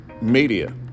media